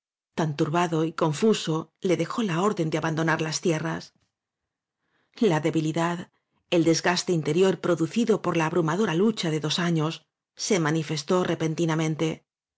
tan turbado y confuso le dejó la orden de abandonar las tierras la debilidad el desgaste interior produ áñ cido por la abrumadora lucha de do's años se manifestó repentinamente